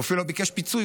הוא אפילו לא ביקש פיצוי,